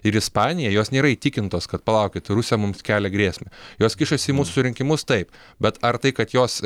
ir ispanija jos nėra įtikintos kad palaukit rusija mums kelia grėsmę jos kišasi į mūsų rinkimus taip bet ar tai kad jos